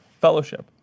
fellowship